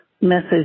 message